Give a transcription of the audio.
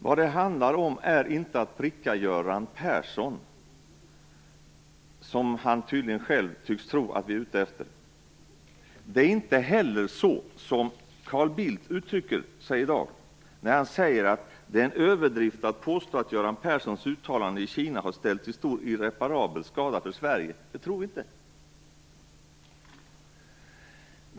Vad det handlar om är inte att pricka Göran Persson, något som han tydligen själv tycks tro att vi är ute efter. Som Carl Bildt uttrycker saken i dag: "Det är en överdrift att påstå att Göran Perssons uttalande i Kina har ställt till stor och irreparabel skada för Sverige." Det tror inte vi heller.